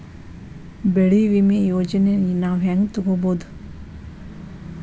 ಬೆಳಿ ವಿಮೆ ಯೋಜನೆನ ನಾವ್ ಹೆಂಗ್ ತೊಗೊಬೋದ್?